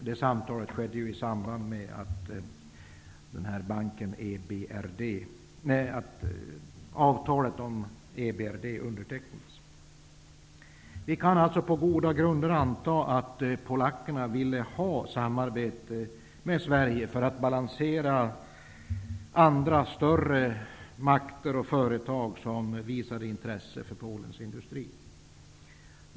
Det samtalet skedde i samband med att avtalet om Vi kan alltså på goda grunder anta att polackerna ville ha samarbete med Sverige för att balansera andra större makter och företag som visade intresse för Polens industri.